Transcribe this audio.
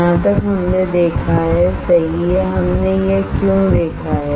यहां तक हमने देखा है सही है हमने यह क्यों देखा है